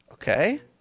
Okay